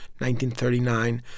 1939